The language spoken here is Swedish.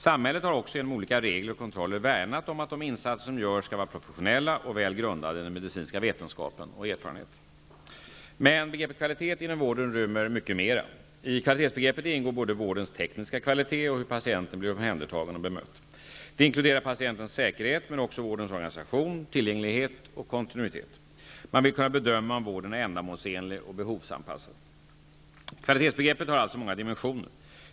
Samhället har också genom olika regler och kontroller värnat om att de insatser som görs skall vara professionella och väl grundade i den medicinska vetenskapen och erfarenheten. Men begreppet kvalitet inom vården rymmer mycket mera. I kvalitetsbegreppet ingår både vårdens tekniska kvalitet och hur patienten blir omhändertagen och bemött. Det inkluderar patientens säkerhet men också vårdens organisation, tillgänglighet och kontinuitet. Man vill kunna bedöma om vården är ändamålsenlig och behovsanpassad. Kvalitetsbegreppet har alltså många dimensioner.